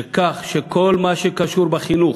שכל מה שקשור בחינוך,